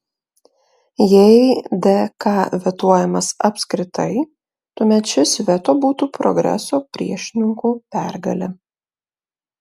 jei dk vetuojamas apskritai tuomet šis veto būtų progreso priešininkų pergalė